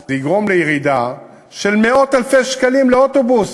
זה יגרום לירידה של מאות אלפי שקלים לאוטובוס